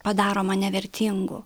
padaroma nevertingu